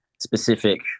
specific